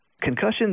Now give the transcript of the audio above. Concussions